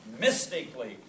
mystically